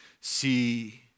see